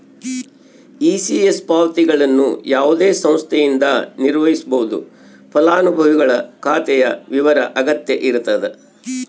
ECS ಪಾವತಿಗಳನ್ನು ಯಾವುದೇ ಸಂಸ್ಥೆಯಿಂದ ನಿರ್ವಹಿಸ್ಬೋದು ಫಲಾನುಭವಿಗಳ ಖಾತೆಯ ವಿವರ ಅಗತ್ಯ ಇರತದ